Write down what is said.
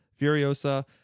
Furiosa